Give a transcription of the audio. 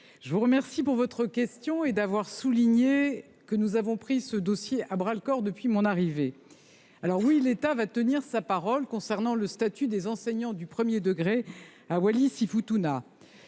je vous remercie de votre question et d’avoir souligné que nous avons pris ce dossier à bras le corps depuis mon arrivée au ministère. Oui, l’État va tenir sa parole en ce qui concerne le statut des enseignants du premier degré à Wallis et Futuna.